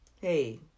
hey